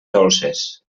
dolces